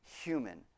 human